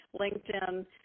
linkedin